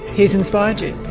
he has inspired you?